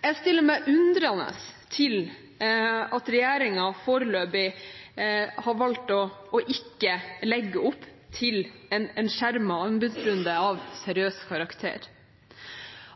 Jeg stiller meg undrende til at regjeringen foreløpig har valgt ikke å legge opp til en skjermet anbudsrunde av seriøs karakter.